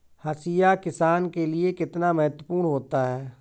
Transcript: हाशिया किसान के लिए कितना महत्वपूर्ण होता है?